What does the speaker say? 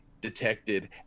detected